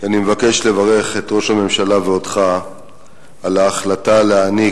ואני מבקש לברך את ראש הממשלה ואותך על ההחלטה להעניק